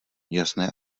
jasné